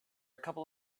couple